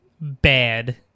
bad